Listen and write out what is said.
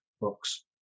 books